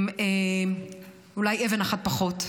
עם אולי אבן אחת פחות.